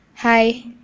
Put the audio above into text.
Hi